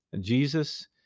Jesus